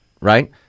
right